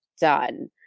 done